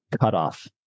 cutoff